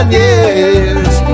years